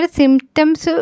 symptoms